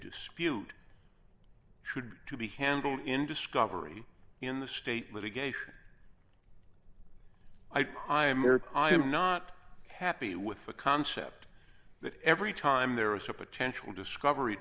dispute should be handled in discovery in the state litigation i'm not happy with the concept that every time there is a potential discovery